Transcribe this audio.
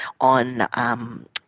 on